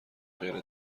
غیر